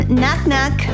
knock-knock